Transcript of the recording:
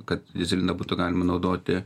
kad dyzeliną būtų galima naudoti